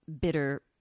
bitter